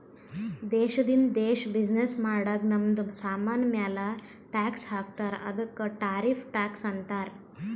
ದೇಶದಿಂದ ದೇಶ್ ಬಿಸಿನ್ನೆಸ್ ಮಾಡಾಗ್ ನಮ್ದು ಸಾಮಾನ್ ಮ್ಯಾಲ ಟ್ಯಾಕ್ಸ್ ಹಾಕ್ತಾರ್ ಅದ್ದುಕ ಟಾರಿಫ್ ಟ್ಯಾಕ್ಸ್ ಅಂತಾರ್